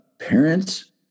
parents